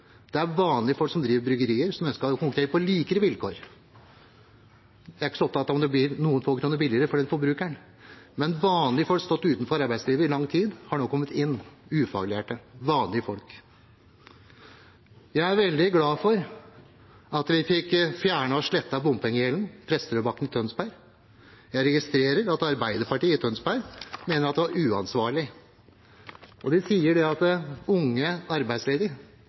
Det er vanlige folk som driver bryggerier, og som ønsker å konkurrere på likere vilkår. Jeg er ikke så opptatt av om det blir noen få kroner billigere for forbrukeren, men vanlige folk som har stått utenfor arbeidslivet i lang tid, har nå kommet inn –ufaglærte, vanlige folk. Jeg er veldig glad for at vi fikk fjernet og slettet bompengegjelden for Presterødbakken i Tønsberg. Jeg registrerer at Arbeiderpartiet i Tønsberg mener at det var uansvarlig. De sier at for unge arbeidsledige